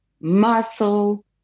muscle